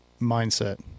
mindset